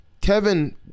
Kevin